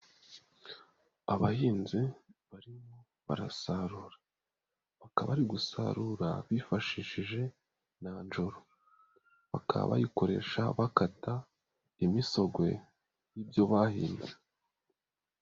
Abahinzi barimo barasarura bakaba ari gusarura bifashishije nanjoro, bakaba bayikoresha bakata imisogwe y'ibyo bahinze.